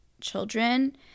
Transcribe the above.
children